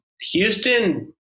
Houston